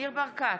ניר ברקת,